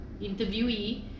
interviewee